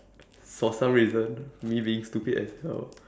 for some reason me being stupid as hell